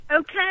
Okay